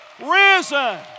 Risen